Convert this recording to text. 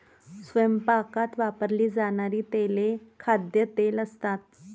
स्वयंपाकात वापरली जाणारी तेले खाद्यतेल असतात